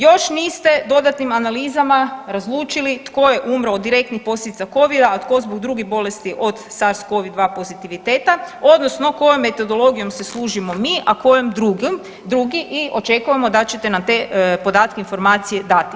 Još niste dodatnim analizama razlučili tko je umro od direktnih posljedica covida, a tko zbog drugih bolesti od SARS-CoV-2 poziviteta odnosno kojom metodologijom se služimo mi, a kojom drugi i očekujemo da ćete nam te podatke i informacije dati.